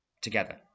Together